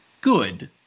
good